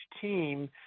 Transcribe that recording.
team